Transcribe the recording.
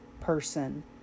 person